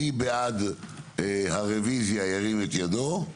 מי בעד הרוויזיה ירים את ידו.